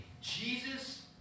Jesus